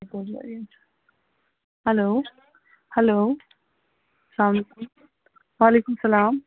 hello hello السلام علیکُم وعلیکُم السلام